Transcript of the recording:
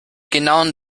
genauen